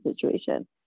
situation